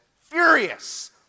furious